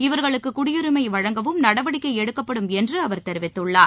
இவர்களுக்கு குடியுரிமை வழங்கவும் நடவடிக்கை எடுக்கப்படும் என்று அவர் தெரிவித்துள்ளார்